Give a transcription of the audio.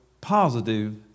positive